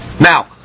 Now